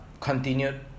Continued